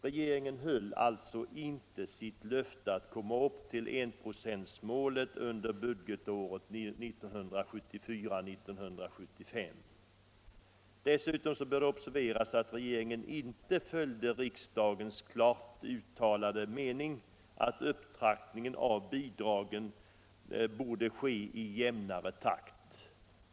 Regeringen höll alltså inte sitt löfte att komma upp till enprocentsmålet under budgetåret 1974/75. Dessutom bör det observeras att regeringen inte följde riksdagens klart uttalade mening att upptrappningen av bidragen borde ske i jämnare takt.